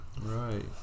Right